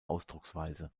ausdrucksweise